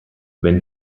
wenn